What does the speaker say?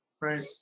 Right